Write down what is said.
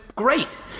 Great